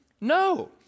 No